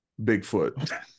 Bigfoot